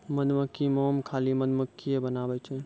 मधुमक्खी मोम खाली मधुमक्खिए बनाबै छै